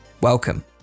Welcome